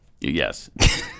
Yes